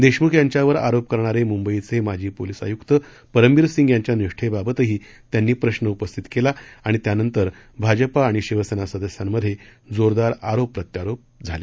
देशमुख यांच्यावर आरोप करणारे मुंबईचे माजी पोलीस आयुक्त परमबीर सिंग यांच्या निष्ठेबाबतही त्यांनी प्रश्न उपस्थित केला आणि त्यानंतर भाजपा आणि शिवसेना सदस्यांमधे जोरदार आरोप प्रत्यारोप सुरु झाले